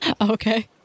Okay